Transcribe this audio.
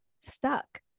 stuck